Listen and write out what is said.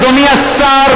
אדוני השר,